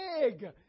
big